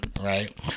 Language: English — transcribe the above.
right